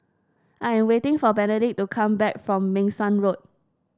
I am waiting for Benedict to come back from Meng Suan Road